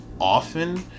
often